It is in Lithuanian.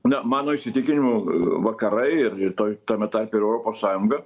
na mano įsitikinimu vakarai ir ir tuoj tame tarpe ir europos sąjunga